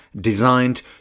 designed